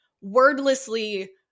wordlessly